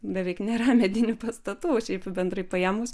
beveik nėra medinių pastatų šiaip bendrai paėmus